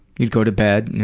you'd go to bed.